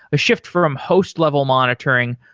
a shift from host-level monitoring,